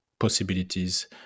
possibilities